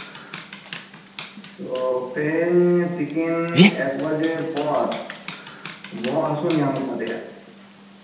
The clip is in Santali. ᱛᱚ ᱛᱮᱦᱮᱧ ᱛᱤᱠᱤᱱ ᱮᱠ ᱵᱟᱡᱮ ᱯᱚᱨ ᱵᱚᱦᱚᱜ ᱦᱟᱹᱥᱩ ᱧᱟᱢ ᱠᱟᱫᱮᱭᱟ